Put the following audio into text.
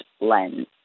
lens